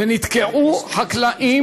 וחקלאים